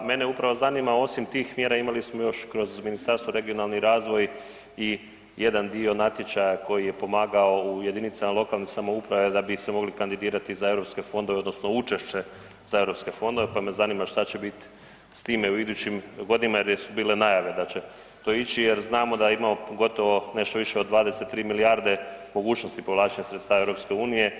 Pa mene upravo zanima osim tih mjera imali smo još kroz Ministarstvo regionalnog razvoja i jedan dio natječaja koji je pomagao u jedinicama lokalne samouprave da bi se mogli kandidirati za europske fondove odnosno učešće za europske fondove, pa me zanima šta će biti s time u idućim godinama jer su bile najave da će to ići jer znamo da imamo gotovo nešto više od 23 milijarde mogućnosti povlačenja sredstava EU.